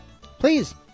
please